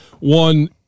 one